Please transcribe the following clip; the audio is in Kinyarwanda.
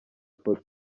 foto